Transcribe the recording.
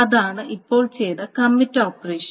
അതാണ് ഇപ്പോൾ ചെയ്ത കമ്മിറ്റ് ഓപ്പറേഷൻ